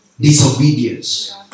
disobedience